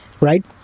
right